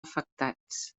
afectats